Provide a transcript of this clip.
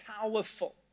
powerful